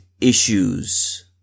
issues